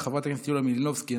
חבר הכנסת ינון אזולאי,